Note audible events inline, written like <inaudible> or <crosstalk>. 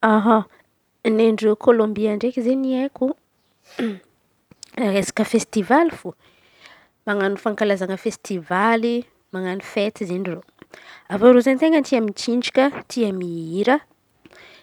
Aha, ny ndreo Kolombia ndraiky izen̈y haiko <noise> resaky festivaly fô. Manano fankalazana festivaly manao fety izen̈y reo. Avy eo reo izen̈y ten̈a tia mitsinjaka, tia mihira